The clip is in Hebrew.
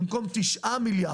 במקום 9 מיליארד,